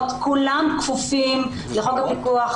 כולם כפופים לחוק הפיקוח,